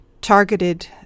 targeted